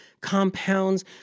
compounds